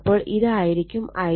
അപ്പോൾ ഇതായിരിക്കും I0